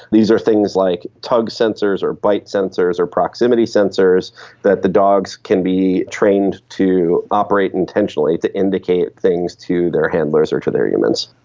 these are things like tug sensors or bite sensors or proximity sensors that the dogs can be trained to operate intentionally to indicate things to their handlers or to their humans.